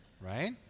Right